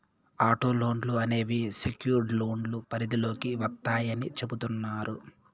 auto లోన్లు అనేవి secured లోన్ల పరిధిలోకి వత్తాయని చెబుతున్నారు